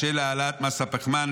בשל העלאת מס הפחמן,